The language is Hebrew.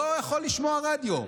לא יכול לשמוע רדיו.